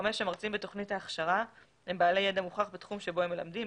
המרצים בתוכנית ההכשרה הם בעלי ידע מוכח בתחום שבו הם מלמדים,